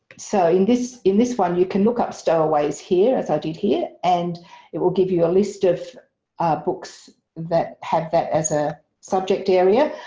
so in this, in this one you can look up stairways here, as i did here, and it will give you a list of books that have that as a subject area.